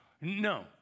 No